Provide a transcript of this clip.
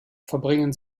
verbringen